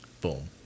boom